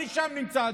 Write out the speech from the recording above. אני שם נמצא,